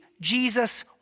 Jesus